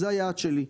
זה היעד שלי.